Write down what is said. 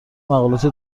مقالات